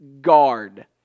guard